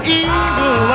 evil